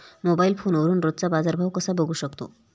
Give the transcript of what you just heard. Mobile फोनवरून रोजचा बाजारभाव कसा बघू शकतो?